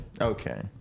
Okay